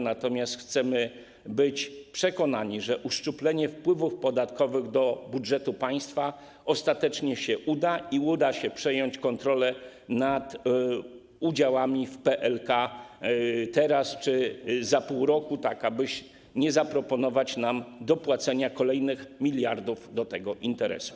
Natomiast chcemy być przekonani, że uszczuplenie wpływów podatkowych do budżetu państwa ostatecznie się uda i że uda się przejąć kontrolę nad udziałami w PLK, teraz czy za pół roku, tak aby nie zafundowano nam dopłacenia kolejnych miliardów do tego interesu.